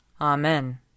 Amen